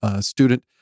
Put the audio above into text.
student